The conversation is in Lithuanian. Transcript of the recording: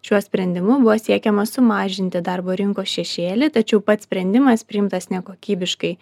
šiuo sprendimu buvo siekiama sumažinti darbo rinkos šešėlį tačiau pats sprendimas priimtas nekokybiškai